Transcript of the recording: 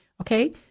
Okay